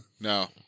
No